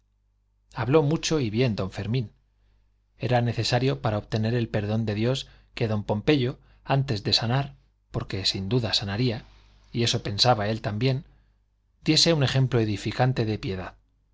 habló mucho y bien don fermín era necesario para obtener el perdón de dios que don pompeyo antes de sanar porque sin duda sanaría y eso pensaba él también diese un ejemplo edificante de piedad